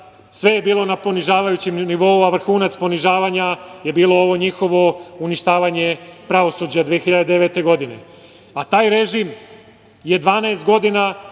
sve je bilo na ponižavajućem nivou, a vrhunac ponižavanja je bilo ovo njihovo uništavanje pravosuđa 2009. godine. Taj režim je 12 godina